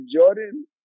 Jordan